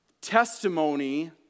testimony